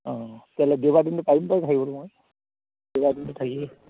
অঁ তেতিয়াহ'লে দেওবাৰ দিনটো পাৰিম বাৰু থাকিবলৈ মই দেওবাৰ দিনটো থাকি